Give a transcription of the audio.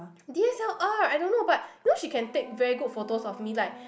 D_S_L_R I don't know but you know she can take very good photos of me like